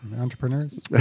entrepreneurs